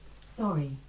Sorry